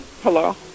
Hello